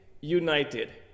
united